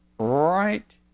Right